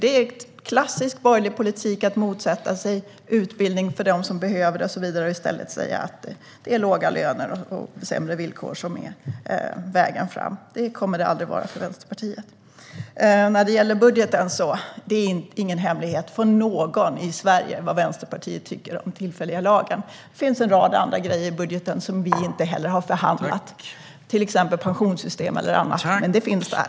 Det är klassisk borgerlig politik att motsätta sig utbildning för dem som behöver det och i stället säga att lägre löner och sämre villkor är vägen framåt. Så kommer det aldrig att vara för Vänsterpartiet. När det gäller budgeten är det ingen hemlighet för någon i Sverige vad Vänsterpartiet tycker om den tillfälliga lagen. Det finns en rad andra grejer i budgeten som vi inte heller har förhandlat om, till exempel pensionssystem och annat, men det finns där.